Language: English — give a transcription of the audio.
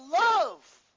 love